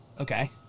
Okay